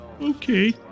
Okay